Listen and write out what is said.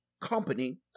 company